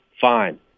Fine